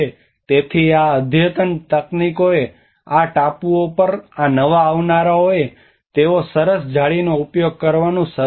તેથી આ અદ્યતન તકનીકોએ આ ટાપુઓ પર આ નવા આવનારાઓએ તેઓ સરસ જાળીનો ઉપયોગ કરવાનું શરૂ કર્યું